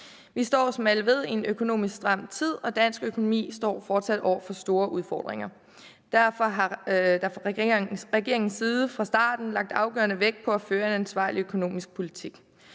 Vi står, som alle ved, i en økonomisk stram tid, og dansk økonomi står fortsat over for store udfordringer. Derfor har regeringen fra starten lagt afgørende vægt på at føre en ansvarlig økonomisk politik.